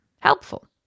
helpful